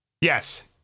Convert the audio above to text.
Yes